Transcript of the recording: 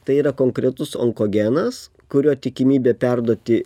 tai yra konkretus onkogenas kurio tikimybė perduoti